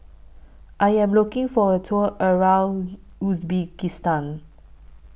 I Am looking For A Tour around Uzbekistan